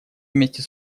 вместе